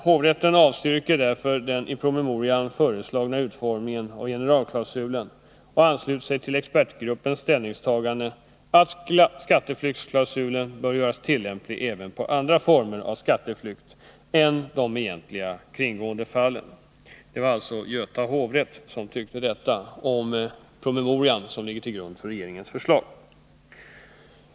Hovrätten avstyrker därför den i promemorian föreslagna utformningen av generalklausulen och ansluter sig till expertgruppens ställningstagande att skatteflyktsklausulen bör göras tillämplig även på andra former av skatteflykt än de egentliga kringgåendefallen.” Det var Göta hovrätt som tyckte detta om departementspromemorian.